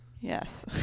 yes